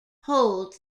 hold